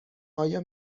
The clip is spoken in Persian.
آیا